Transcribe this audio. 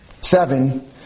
Seven